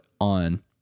on